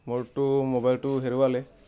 মোৰটো মোবাইলটো হেৰুৱালে